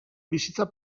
bizitza